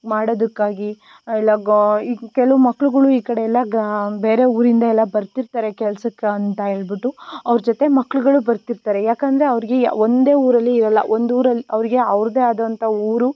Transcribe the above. ಮಾಡೋದಕ್ಕಾಗಿ ಇಲ್ಲ ಗೊಯ್ ಇನ್ನು ಕೆಲವು ಮಕ್ಳುಗಳು ಈ ಕಡೆ ಎಲ್ಲ ಗ್ರಾ ಬೇರೆ ಊರಿಂದ ಎಲ್ಲ ಬರ್ತಿರ್ತಾರೆ ಕೆಲ್ಸಕ್ಕೆ ಅಂತ ಹೇಳ್ಬಿಟ್ಟು ಅವ್ರ ಜೊತೆ ಮಕ್ಕಳುಗಳು ಬರ್ತಿರ್ತಾರೆ ಯಾಕಂದರೆ ಅವರಿಗೆ ಒಂದೇ ಊರಲ್ಲಿ ಇರೋಲ್ಲ ಒಂದೂರಲ್ಲಿ ಅವರಿಗೆ ಅವರದ್ದೇ ಆದಂಥ ಊರು